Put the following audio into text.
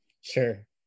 Sure